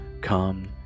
come